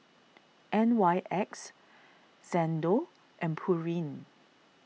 N Y X Xndo and Pureen